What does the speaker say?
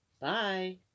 Bye